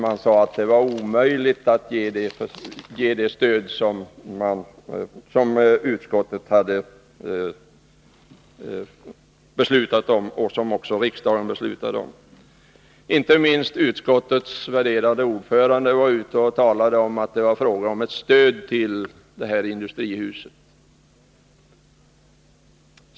Man sade att det var omöjligt att ge det stöd som utskottet hade tillstyrkt och som riksdagen hade beslutat om. Inte minst utskottets värderade ordförande talade då för ett stöd till detta industrihus.